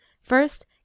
First